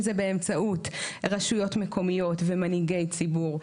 אם זה באמצעות רשויות מקומיות ומנהיגי ציבור,